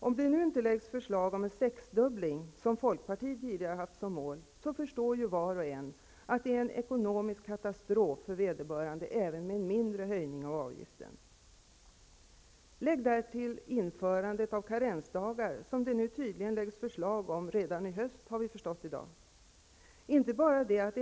Om det nu inte läggs fram förslag om en sexdubbling, vilket folkpartiet tidigare haft som mål, förstår ju var och en att även en mindre höjning av avgiften är en ekonomisk katastrof för vederbörande. Lägg därtill införandet av karensdagar, som det tydligen, efter vad vi har förstått i dag, kommer att läggas fram förslag om redan i höst.